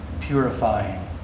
purifying